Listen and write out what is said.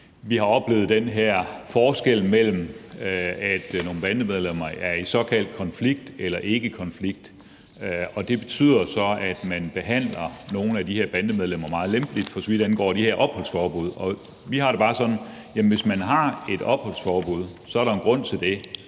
vi har oplevet den her forskel mellem, at nogle bandemedlemmer er i såkaldt konflikt eller ikkekonflikt, og det betyder så, at man behandler nogle af de her bandemedlemmer meget lempeligt, for så vidt angår de her opholdsforbud. Og vi har det bare sådan, at hvis man har et opholdsforbud, er der en grund til det,